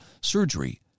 surgery